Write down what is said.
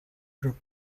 drupe